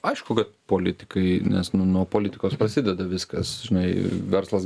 aišku kad politikai nes nu nuo politikos prasideda viskas žinai verslas